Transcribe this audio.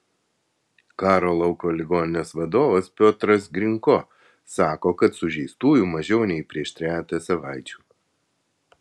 karo lauko ligoninės vadovas piotras grinko sako kad sužeistųjų mažiau nei prieš trejetą savaičių